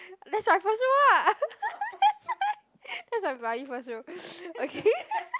that's my first row lah that's my bloody first row okay